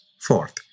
Fourth